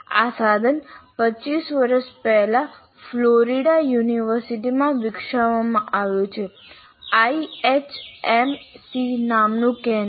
આ સાધન 25 વર્ષ પહેલા ફ્લોરિડા યુનિવર્સિટીમાં વિકસાવવામાં આવ્યું છે IHMC નામનું કેન્દ્ર